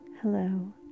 Hello